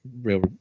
real